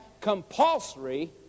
compulsory